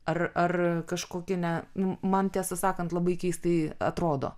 ar ar kažkoki ne nu man tiesą sakant labai keistai atrodo